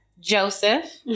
Joseph